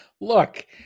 Look